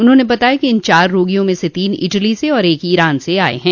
उन्होंने बताया कि इन चार रोगियों में से तीन इटली से और एक ईरान से आये हैं